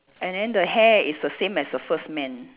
and then the hair is the same as the first man